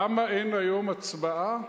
למה אין היום הצבעה?